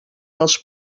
els